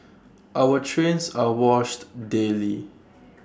our trains are washed daily